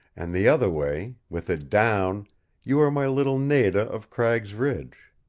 and the other way with it down you are my little nada of cragg's ridge.